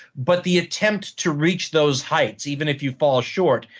but the attempt to reach those heights, even if you fall short,